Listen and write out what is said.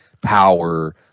power